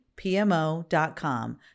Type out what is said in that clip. PMO.com